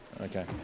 Okay